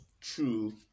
true